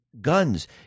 guns